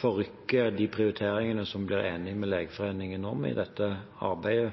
forrykke de prioriteringene som vi er blitt enige med Legeforeningen om i dette arbeidet.